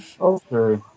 Okay